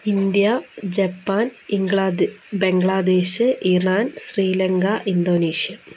India Japan England Bangladesh Iran Sri Lanka Indonesia